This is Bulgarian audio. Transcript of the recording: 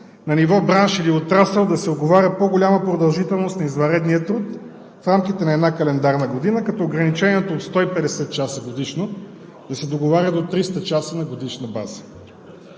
на ниво бранш или отрасъл да се уговаря по-голяма продължителност на извънредния труд в рамките на една календарна година, като ограничението от 150 часа годишно да се договаря до 300 часа на годишна база.